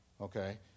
Okay